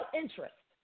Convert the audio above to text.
interest